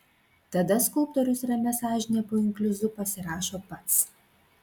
tada skulptorius ramia sąžine po inkliuzu pasirašo pats